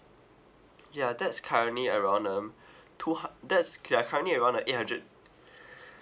yeah that's currently around um two hun~ that's uh currently around uh eight hundred